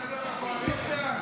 --- הקואליציה?